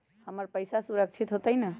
हमर पईसा सुरक्षित होतई न?